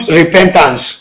repentance